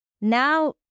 Now